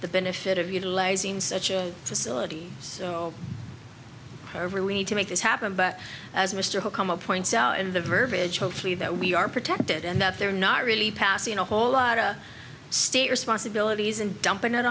the benefit of utilizing such a facility so i really need to make this happen but as mr holcombe up points out in the verbiage hopefully that we are protected and that they're not really passing a whole lotta state responsibilities and dumping it